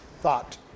thought